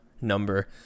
number